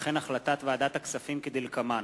החלטת ועדת הכספים כדלקמן: